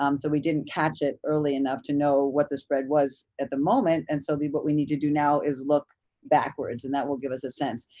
um so we didn't catch it early enough to know what the spread was at the moment, and so what we need to do now is look backwards and that will give us a sense.